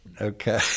okay